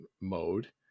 mode